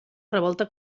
revolta